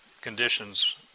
conditions